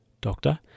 doctor